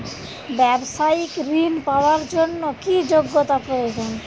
ব্যবসায়িক ঋণ পাওয়ার জন্যে কি যোগ্যতা প্রয়োজন?